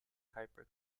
kuiper